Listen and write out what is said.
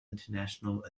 international